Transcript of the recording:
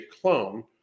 clone